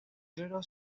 clero